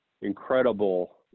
incredible